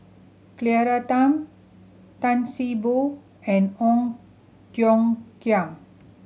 Claire Tham Tan See Boo and Ong Tiong Khiam